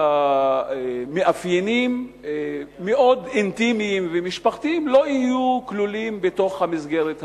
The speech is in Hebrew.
ומאפיינים מאוד אינטימיים ומשפחתיים לא יהיו כלולים במסגרת הזאת.